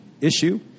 issue